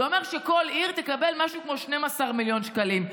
זה אומר שכל עיר מהערים המעורבות תקבל משהו כמו 12 מיליון שקלים.